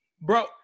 Bro